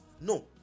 No